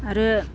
आरो